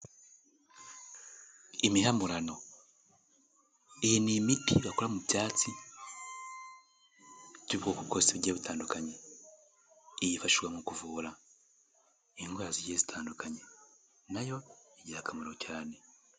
Imihamurano, iyi ni imiti bakora mu byatsi by'ubwoko bwose bugiye butandukanye, yifashishwa mu kuvura indwara zigiye zitandukanye, na yo igira akamaro cyane.